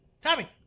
Tommy